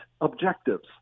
objectives